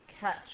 catch